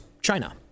China